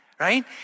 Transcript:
right